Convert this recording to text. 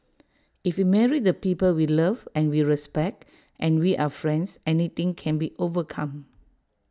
if we marry the people we love and we respect and we are friends anything can be overcome